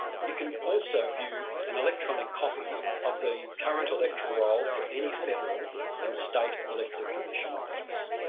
you can also view an electronic copy of the current electoral roll at any federal and state electoral commission office.